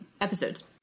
episodes